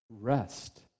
rest